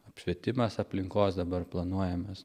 apšvietimas aplinkos dabar planuojamas